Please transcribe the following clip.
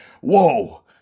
Whoa